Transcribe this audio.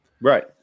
Right